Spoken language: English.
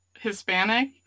Hispanic